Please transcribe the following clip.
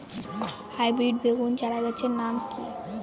Hybrid বেগুন চারাগাছের নাম কি?